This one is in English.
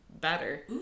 better